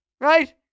Right